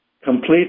complete